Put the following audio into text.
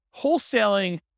wholesaling